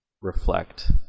reflect